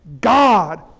God